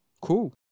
cool